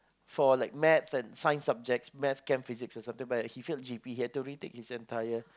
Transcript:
for like maths and Science subjects Math Chem Physics and something but he failed G_P he had to retake his entire